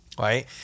Right